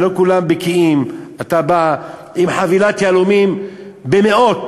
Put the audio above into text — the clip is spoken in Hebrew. ולא כולם בקיאים: אתה בא עם חבילת יהלומים במאות,